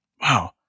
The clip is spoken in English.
Wow